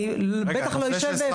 אני בטח לא אשב ואפר,